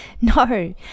No